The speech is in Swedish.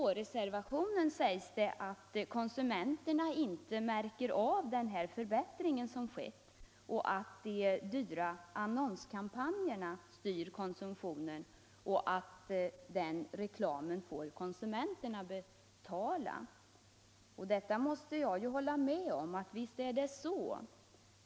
I vpk-reservationen sägs det att konsumenterna inte märker den förbättring som skett, att de dyra annonskampanjerna styr konsumtionen och att konsumenterna får betala den reklamen. Detta måste jag ju hålla med om. Visst är det så.